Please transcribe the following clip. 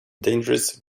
dangerous